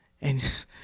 And-